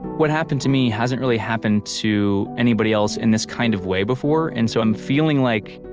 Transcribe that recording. what happened to me hasn't really happened to anybody else in this kind of way before and so i'm feeling like,